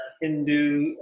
Hindu